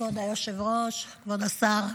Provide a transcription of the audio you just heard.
כבוד היושב-ראש, כבוד השר,